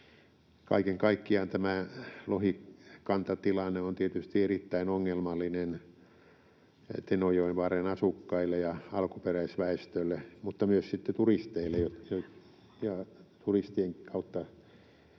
Kaiken kaikkiaan tämä lohikantatilanne on tietysti erittäin ongelmallinen Tenojoenvarren asukkaille ja alkuperäisväestölle, mutta myös sitten turisteille. Ja turistien kautta